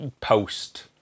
post